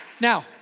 Now